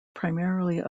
primarily